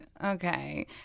Okay